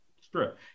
strip